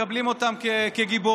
מקבלים אותם כגיבורים,